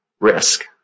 risk